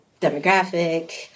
demographic